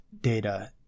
data